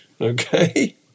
Okay